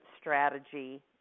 strategy